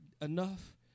enough